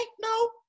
no